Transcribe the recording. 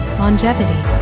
longevity